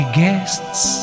guests